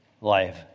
life